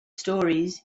stories